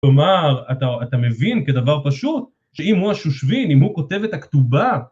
כלומר, אתה מבין כדבר פשוט שאם הוא השושבין, אם הוא כותב את הכתובה